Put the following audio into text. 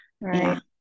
Right